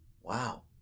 Wow